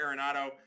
Arenado